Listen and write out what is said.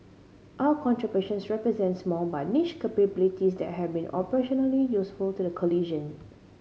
our contributions represent small but niche capabilities that have been operationally useful to the coalition